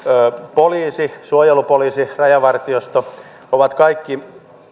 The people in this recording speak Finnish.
poliisi suojelupoliisi ja rajavartiosto ovat kaikki